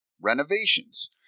renovations